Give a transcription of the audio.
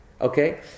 okay